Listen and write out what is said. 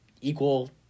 equal